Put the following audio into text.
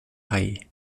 rei